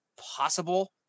possible